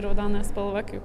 raudona spalva kaip